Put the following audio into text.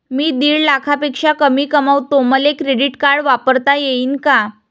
मी दीड लाखापेक्षा कमी कमवतो, मले क्रेडिट कार्ड वापरता येईन का?